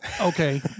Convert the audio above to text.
Okay